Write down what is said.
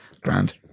Grand